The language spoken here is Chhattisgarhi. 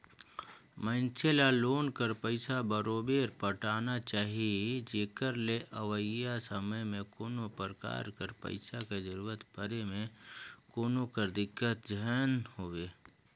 मइनसे ल लोन कर पइसा बरोबेर पटाना चाही जेकर ले अवइया समे में कोनो परकार कर पइसा कर जरूरत परे में कोनो कर दिक्कत झेइन होए